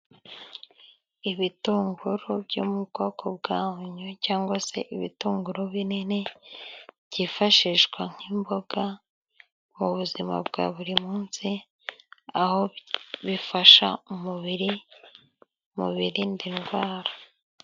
Ibitunguru byo mu bwoko bwa onyo cyangwa se ibitunguru binini byifashishwa nk'imboga mu buzima bwa buri munsi, aho bifasha umubiri mu birinda indwara.